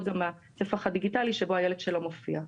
גם בספח הדיגיטלי שבו הילד שלו מופיע.